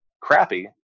crappy